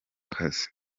kazi